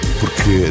porque